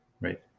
Right